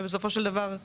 ובסופו של דבר,